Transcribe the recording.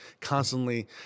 constantly